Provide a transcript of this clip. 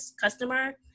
customer